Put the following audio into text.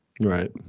Right